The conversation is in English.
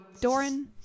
Doran